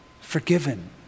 forgiven